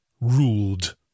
ruled